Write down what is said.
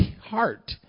heart